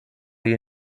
you